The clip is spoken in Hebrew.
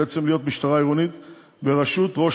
בעצם להיות משטרה עירונית בראשות ראש